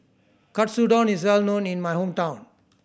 katsudon is well known in my hometown